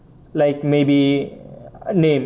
like maybe name